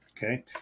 Okay